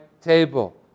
table